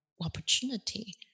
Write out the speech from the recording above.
opportunity